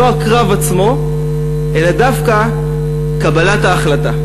לא הקרב עצמו, אלא דווקא קבלת ההחלטה.